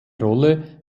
rolle